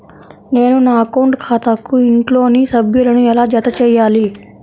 నేను నా అకౌంట్ ఖాతాకు ఇంట్లోని సభ్యులను ఎలా జతచేయాలి?